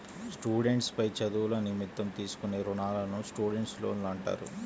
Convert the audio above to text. students పై చదువుల నిమిత్తం తీసుకునే రుణాలను స్టూడెంట్స్ లోన్లు అంటారు